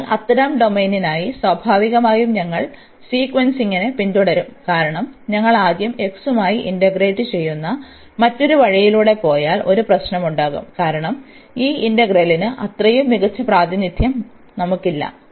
അതിനാൽ അത്തരം ഡൊമെയ്നിനായി സ്വാഭാവികമായും ഞങ്ങൾ സീക്വൻസിംഗിനെ പിന്തുടരും കാരണം നമ്മൾ ആദ്യം x മായി ഇന്റഗ്രേറ്റ് ചെയ്യുന്ന മറ്റൊരു വഴിയിലൂടെ പോയാൽ ഒരു പ്രശ്നമുണ്ടാകും കാരണം ഈ ഇന്റെഗ്രലിന് അത്രയും മികച്ച പ്രാതിനിധ്യം നമുക്കില്ല